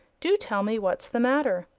do tell me what's the matter.